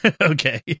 Okay